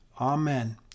Amen